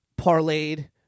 parlayed